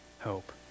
hope